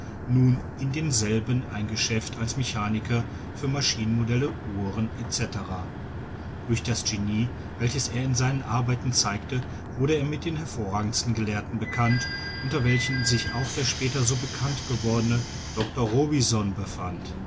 nun in demselben ein geschäft als mechaniker für maschinenmodelle uhren etc durch das genie welches er in seinen arbeiten zeigte wurde er mit den hervorragendsten gelehrten bekannt unter welchen sich auch der später so bekannt gewordene dr robison befand